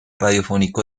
radiofónico